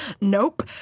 Nope